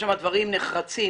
שם דברים נחרצים